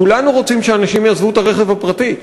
כולנו רוצים שאנשים יעזבו את הרכב הפרטי,